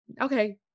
okay